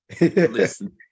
listen